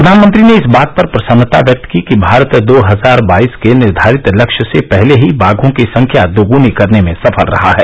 प्रधानमंत्री ने इस बात पर प्रसन्नता व्यक्त की कि भारत दो हजार बाईस के निर्घारित लक्ष्य से पहले ही बाघों की संख्या दोगुनी करने में सफल रहा है